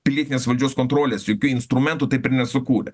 pilietinės valdžios kontrolės jokių instrumentų taip ir nesukūrė